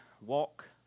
walk